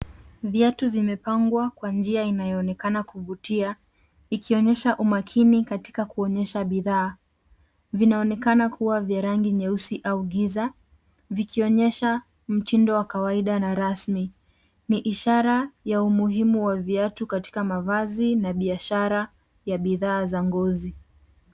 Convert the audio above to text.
Viatu vimepnagwa kwa njia inayoonekana kuvutia ikionyesha umakini katika kuonyesha bidhaa vinaonekana kuwa vya rangi nyeusi au giza vikionyesha mtindo wa kawaida na rasmi ni ishara ya umuhimu wa viatu katika mavazi na biashara ya bidhaa za ngozi.